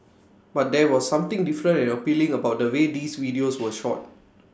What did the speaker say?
but there was something different and appealing about the way these videos were shot